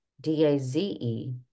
D-A-Z-E